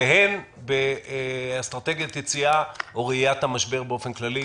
והן באסטרטגיית יציאה או ראיית המשבר באופן כללי.